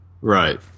right